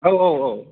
औ औ औ